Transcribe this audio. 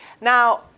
Now